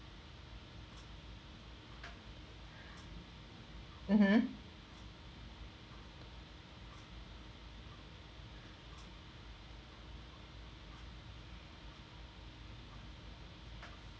mmhmm